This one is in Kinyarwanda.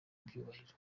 byubahiro